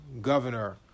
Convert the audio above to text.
governor